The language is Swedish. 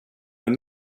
med